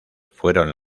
fueron